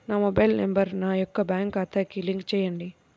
నా mobile number నా యొక్క బ్యాంక్ ఖాతాకి లింక్ చేయండీ?